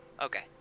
Okay